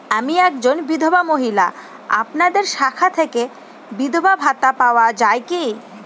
আমি একজন বিধবা মহিলা আপনাদের শাখা থেকে বিধবা ভাতা পাওয়া যায় কি?